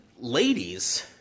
ladies